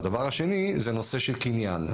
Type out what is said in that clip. דבר נוסף זה הנושא של קניין.